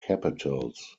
capitals